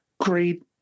great